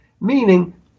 Meaning